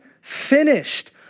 finished